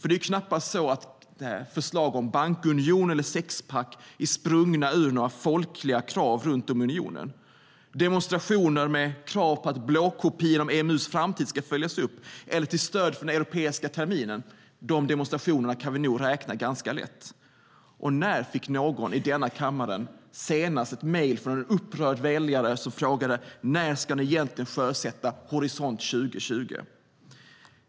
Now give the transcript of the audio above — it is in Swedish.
Det är ju knappast så att förslagen om bankunion eller sexpack är sprungna ur några folkliga krav i unionen. Demonstrationer med krav på att blåkopian om EMU:s framtid ska följas upp eller till stöd för den europeiska terminen är lätta att räkna. När fick någon i denna kammare senast ett mejl från en upprörd väljare som frågade: När ska ni egentligen sjösätta Horisont 2020?